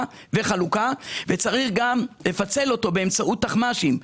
וחלוקה וצריך גם לפצל אותו באמצעות תחמ"שים,